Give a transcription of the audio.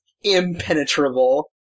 impenetrable